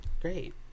great